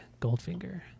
Goldfinger